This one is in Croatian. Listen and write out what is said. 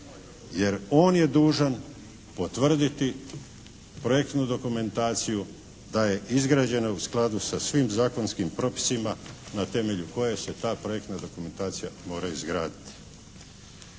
jer on je dužan potvrditi projektnu dokumentaciju, da je izgrađena u skladu sa svim zakonskim propisima na temelju koje se ta projektna dokumentacija mora izgraditi.